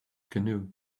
canoe